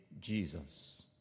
Jesus